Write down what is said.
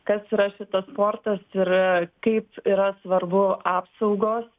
kas yra šitas sportas ir kaip yra svarbu apsaugos